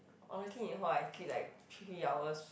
honestly in hall I sleep like three hours